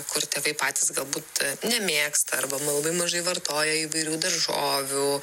kur tėvai patys galbūt nemėgsta arba labai mažai vartoja įvairių daržovių